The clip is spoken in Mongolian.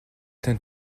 тань